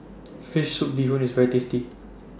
Fish Soup Bee Hoon IS very tasty